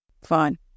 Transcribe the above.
Fine